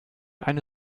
eine